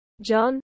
John